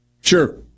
Sure